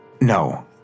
No